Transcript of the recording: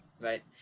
Right